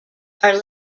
are